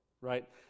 right